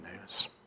news